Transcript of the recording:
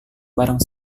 barang